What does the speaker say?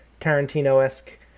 Tarantino-esque